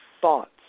thoughts